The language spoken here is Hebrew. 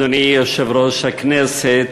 אדוני יושב-ראש הכנסת,